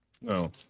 No